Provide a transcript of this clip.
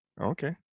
okay